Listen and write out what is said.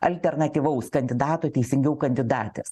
alternatyvaus kandidato teisingiau kandidatės